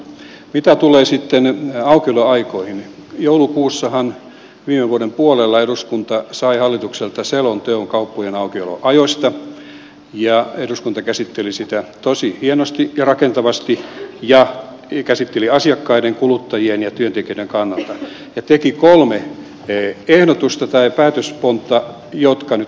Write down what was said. mitä tulee sitten aukioloaikoihin niin joulukuussahan viime vuoden puolella eduskunta sai hallitukselta selonteon kauppojen aukioloajoista ja eduskunta käsitteli sitä tosi hienosti ja rakentavasti ja käsitteli sitä asiakkaiden kuluttajien ja työntekijöiden kannalta ja teki kolme ehdotusta tai päätöspontta jotka nyt hallitus on toimeenpannut